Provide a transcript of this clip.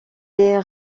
est